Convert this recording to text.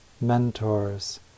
mentors